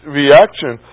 reaction